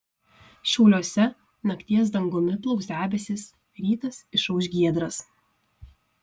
šiauliuose nakties dangumi plauks debesys rytas išauš giedras